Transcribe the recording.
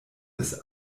des